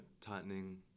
tightening